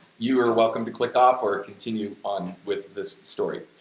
you're welcome to click off or continue on with this story.